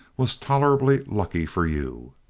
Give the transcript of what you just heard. was tolerably lucky for you.